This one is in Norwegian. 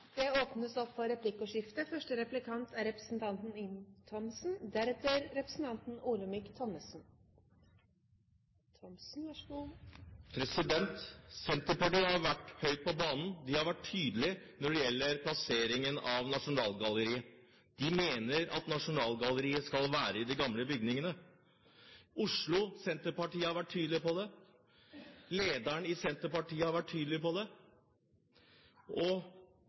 Det åpnes for replikkordskifte. Senterpartiet har vært høyt på banen og vært tydelige når det gjelder plasseringen av Nasjonalgalleriet. De mener at Nasjonalgalleriet skal være i de gamle bygningene. Oslo Senterparti har vært tydelig på det, lederen i Senterpartiet har vært tydelig på det, og